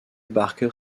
barker